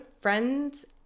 friends